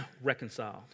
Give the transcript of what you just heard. reconciled